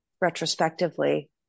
retrospectively